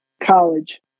college